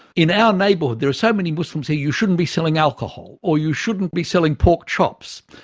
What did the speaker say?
in our neighbourhood there are so many muslims here, you shouldn't be selling alcohol. or you shouldn't be selling pork chops.